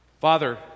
Father